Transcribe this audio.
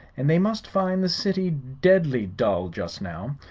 and they must find the city deadly dull, just now.